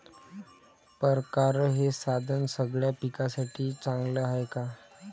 परकारं हे साधन सगळ्या पिकासाठी चांगलं हाये का?